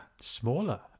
Smaller